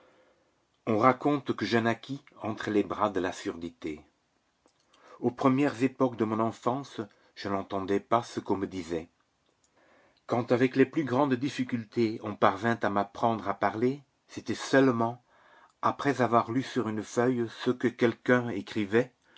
on raconte que je naquis entre les bras de la surdité aux premières époques de mon enfance je n'entendais pas ce qu'on me disait quand avec les plus grandes difficultés on parvint à m'apprendre à parler c'était seulement après avoir lu sur une feuille ce que quelqu'un écrivait